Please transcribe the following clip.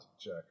check